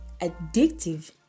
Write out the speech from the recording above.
addictive